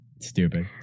Stupid